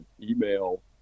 email